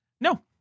No